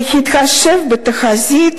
בהתחשב בתחזית